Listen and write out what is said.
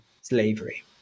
slavery